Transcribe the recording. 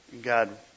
God